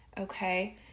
okay